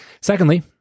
Secondly